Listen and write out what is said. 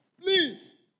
please